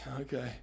Okay